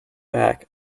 back